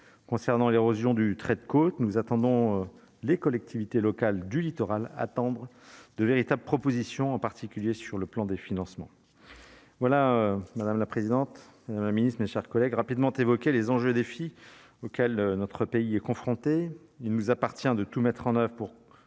concernant l'érosion du trait de côte, nous attendons les collectivités locales du littoral attendre de véritables propositions en particulier sur le plan des financements voilà madame la présidente, Madame la Ministre, mes chers collègues rapidement évoqué les enjeux et défis auxquels notre pays est confronté, il nous appartient de tout mettre en oeuvre ou